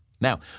Now